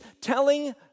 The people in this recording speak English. telling